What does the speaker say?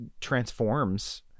transforms